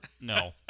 No